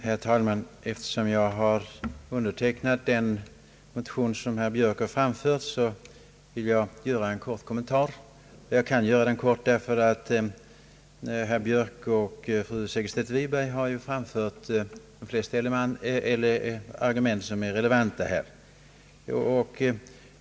Herr talman! Eftersom jag har undertecknat den motion som herr Björk berört, vill jag göra en kort kommentar. Jag kan göra den kort därför att herr Björk och fru Segerstedt Wiberg har framfört de flesta argument som är relevanta.